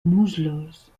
muslos